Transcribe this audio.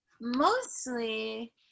mostly